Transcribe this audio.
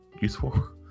useful